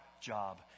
job